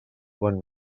quan